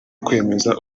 kwemeza